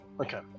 Okay